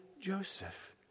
Joseph